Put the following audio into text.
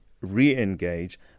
re-engage